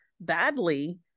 badly